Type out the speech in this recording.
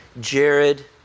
Jared